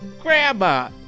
Grandma